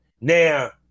Now